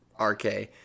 RK